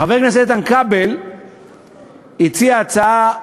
חבר כנסת איתן כבל הציע הצעה נוספת,